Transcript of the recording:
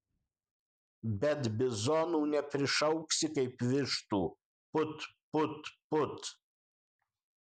bet bizonų neprišauksi kaip vištų put put put